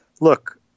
look